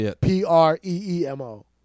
P-R-E-E-M-O